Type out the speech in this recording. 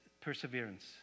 perseverance